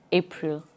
april